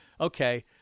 Okay